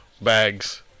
bags